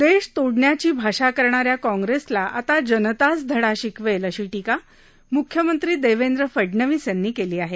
देश तोडण्याची भाषा करणाऱ्या काँग्रेसला आता जनताच धडा शिकवेल अशी टीका म्ख्यमंत्री देवेंद्र फडनवीस यांनी केली आहे